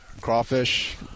crawfish